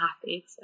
happy